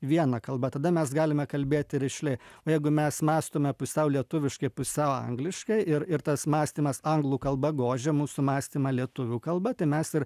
viena kalba tada mes galime kalbėti rišliai o jeigu mes mąstome pusiau lietuviškai pusiau angliškai ir ir tas mąstymas anglų kalba gožia mūsų mąstymą lietuvių kalba tai mes ir